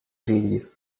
figli